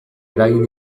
eragin